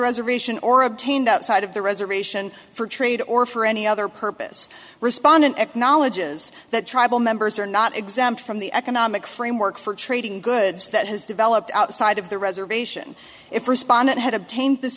reservation or obtained outside of the reservation for trade or for any other purpose respondent acknowledges that tribal members are not exempt from the economic framework for trading goods that has developed outside of the reservation if respondent had obtained this